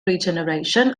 regeneration